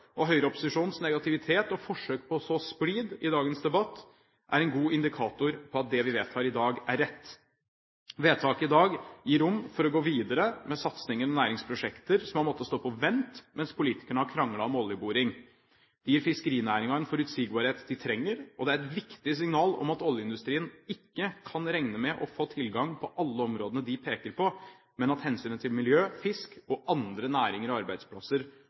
feirer. Høyreopposisjonens negativitet og forsøk på å så splid i dagens debatt er en god indikator på at det vi vedtar i dag, er rett. Vedtaket i dag gir rom for å gå videre med satsingen på næringsprosjekter som har måttet stå på vent mens politikerne har kranglet om oljeboring. Det gir fiskerinæringen en forutsigbarhet den trenger, og det er et viktig signal om at oljeindustrien ikke kan regne med å få tilgang på alle områdene den peker på, men at hensynet til miljø, fisk og andre næringer og arbeidsplasser